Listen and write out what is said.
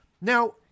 Now